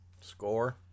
score